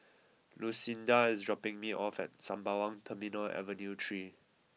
Lucinda is dropping me off at Sembawang Terminal Avenue three